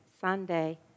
Sunday